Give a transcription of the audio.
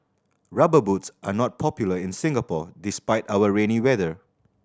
Rubber Boots are not popular in Singapore despite our rainy weather